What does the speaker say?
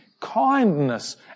kindness